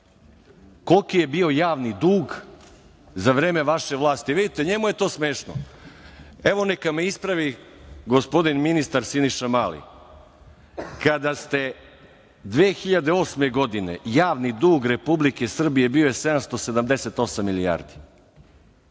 koliki je bio javni dug za vreme vaše vlasti? Vidite, njemu je to smešno. Evo, neka me ispravi gospodin ministar Siniša Mali. Godine 2008. javni dug Republike Srbije bio je 778 milijardi.